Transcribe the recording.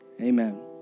Amen